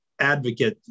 advocate